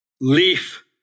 Leaf